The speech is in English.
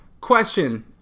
question